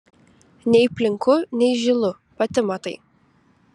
nei plinku nei žylu pati matai